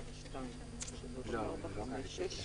שישה.